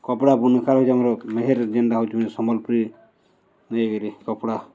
କପଡ଼ା ବୁନୁଖା ରହିଛି ଆମର ମେହେର ଯେନ୍ଟା ହେଉଛି ସମ୍ବଲପୁରୀ ନେଇକିରି କପଡ଼ା